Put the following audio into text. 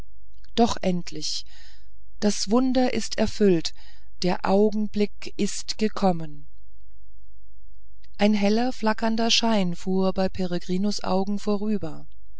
doch endlich das wunder ist erfüllt der augenblick ist gekommen ein heller flackernder schein fuhr bei peregrinus augen vorüber